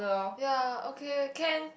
ya okay can